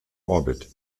orbit